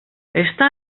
està